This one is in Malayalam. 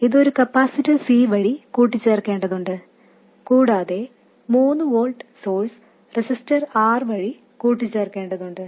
അതിനാൽ ഇത് ഒരു കപ്പാസിറ്റർ C വഴി കൂട്ടിച്ചേർക്കേണ്ടതുണ്ട് കൂടാതെ 3 വോൾട്ട് സോഴ്സ് റെസിസ്റ്റർ R വഴി കൂട്ടിച്ചേർക്കേണ്ടതുണ്ട്